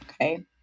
Okay